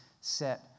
set